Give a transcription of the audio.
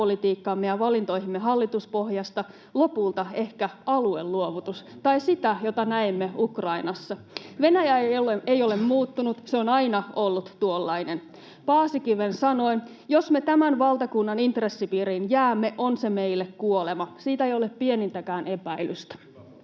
sisäpolitiikkaamme ja valintoihimme hallituspohjasta, lopulta ehkä alueluovutus tai sitä, mitä näemme Ukrainassa. Venäjä ei ole muuttunut, se on aina ollut tuollainen. Paasikiven sanoin: ”Jos me tämän valtakunnan intressipiiriin jäämme, on se meille kuolema, siitä ei ole pienintäkään epäilystä.”